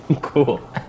cool